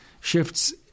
shifts